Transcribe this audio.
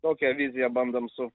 tokią viziją bandom su